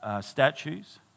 statues